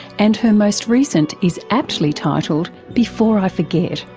and her most recent is aptly titled before i forget.